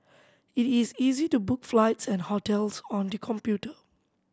it is easy to book flights and hotels on the computer